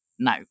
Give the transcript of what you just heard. No